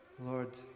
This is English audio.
Lord